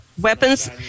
weapons